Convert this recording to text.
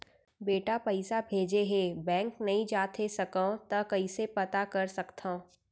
बेटा पइसा भेजे हे, बैंक नई जाथे सकंव त कइसे पता कर सकथव?